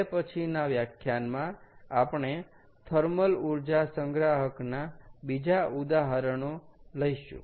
હવે પછીના વ્યાખ્યાનમાં આપણે થર્મલ ઊર્જા સંગ્રાહકના બીજા ઉદાહરણનો લઈશું